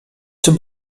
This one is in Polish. czy